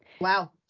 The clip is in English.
Wow